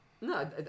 no